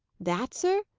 that, sir?